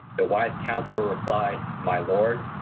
the wise counselor replied, my lord,